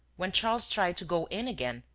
when charles tried to go in again,